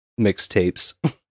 mixtapes